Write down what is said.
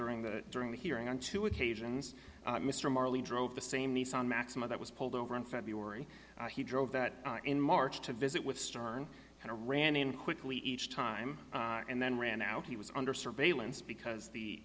during the during the hearing on two occasions mr morley drove the same nissan maxima that was pulled over in february he drove that in march to visit with stern and a randian quickly each time and then ran out he was under surveillance because the